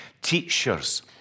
teachers